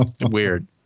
weird